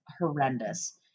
horrendous